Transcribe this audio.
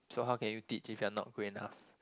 so how can you teach if you're not good enough